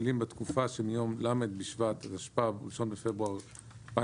המילים "בתקופה שמיום ל' בשבט התשפ"ב (1 בפברואר 2022)